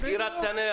סגירת צנרת,